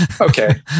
Okay